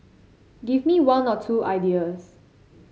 give me one or two ideas